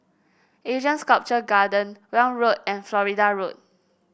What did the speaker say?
Asean Sculpture Garden Welm Road and Florida Road